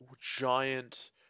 giant